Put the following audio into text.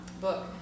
book